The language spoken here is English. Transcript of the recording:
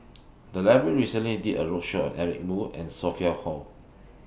The Library recently did A roadshow on Eric Moo and Sophia Hull